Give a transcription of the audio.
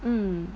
mm